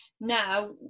now